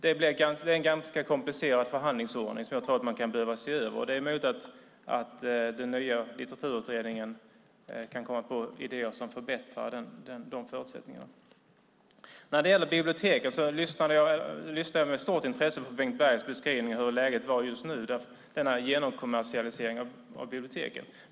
Det är en ganska komplicerad förhandlingsordning som jag tror att man kan behöva se över. Det är möjligt att den nya litteraturutredningen kan komma på idéer som förbättrar de förutsättningarna. När det gäller biblioteken lyssnade jag med stort intresse på Bengt Bergs beskrivning av hur läget var just nu med denna genomkommersialisering av biblioteken.